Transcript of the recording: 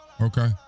Okay